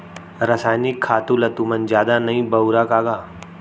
रसायनिक खातू ल तुमन जादा नइ बउरा का गा?